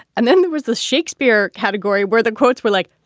and then there was the shakespeare category where the quotes were like,